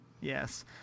Yes